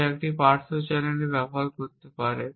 যা একটি পার্শ্ব চ্যানেল আক্রমণকারী ব্যবহার করবে